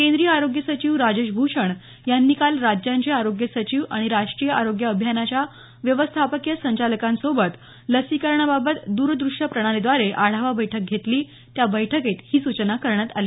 केंद्रीय आरोग्य सचिव राजेश भूषण यांनी काल राज्यांचे आरोग्य सचिव आणि राष्ट्रीय आरोग्य अभियानाच्या व्यवस्थापकीय संचालकांसोबत लसीकरणाबाबत द्रद्रश्य प्रणालीद्वारे आढावा बैठक घेतली त्या बैठकीत ही सूचना करण्यात आली